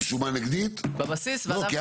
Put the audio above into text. לא, לא.